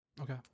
Okay